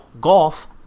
golf